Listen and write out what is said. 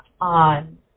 on